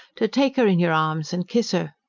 to take her in your arms and kiss her.